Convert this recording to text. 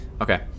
okay